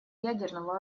ядерного